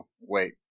Wait